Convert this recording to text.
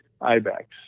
Ibex